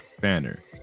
Banner